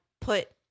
put